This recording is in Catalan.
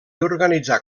organitzar